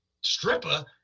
stripper